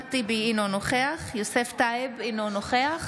אחמד טיבי, אינו נוכח יוסף טייב, אינו נוכח